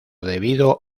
debido